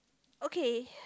okay